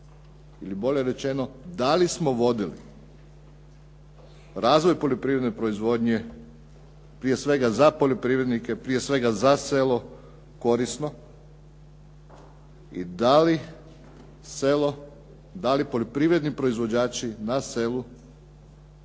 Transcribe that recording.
Ili boje rečeno da li smo vodili razvoj poljoprivredne proizvodnje prije svega za poljoprivrednike, prije svega za selo korisno i da li selo, da li poljoprivredni proizvođači na selu imaju